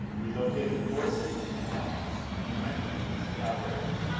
we located four suits and helmets and the mechanisms to operate them.